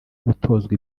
gutozwa